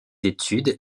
études